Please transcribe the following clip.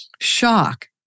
shock